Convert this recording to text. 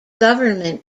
government